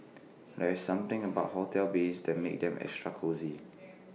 there's something about hotel beds that makes them extra cosy